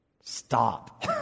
Stop